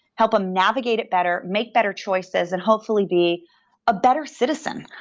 help them navigate it better, make better choices and hopefully be a better citizen.